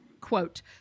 quote